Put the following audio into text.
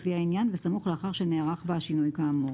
לפי העניין, בסמוך לאחר שנערך בה השינוי כאמור.